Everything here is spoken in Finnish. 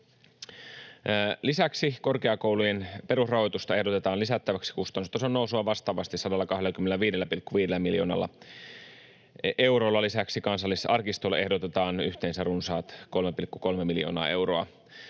Lisäksi korkeakoulujen perusrahoitusta ehdotetaan lisättäväksi kustannustason nousua vastaavasti 125,5 miljoonalla eurolla. Lisäksi Kansallisarkistolle ehdotetaan yhteensä runsaat 3,3 miljoonaa euroa